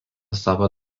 savo